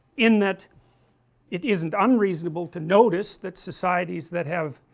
in that it isn't unreasonable to notice that societies that have